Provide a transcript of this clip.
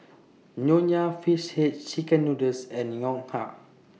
Nonya Fish Head Chicken Noodles and Ngoh Hiang